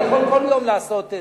אני יכול לעשות כל יום איזה,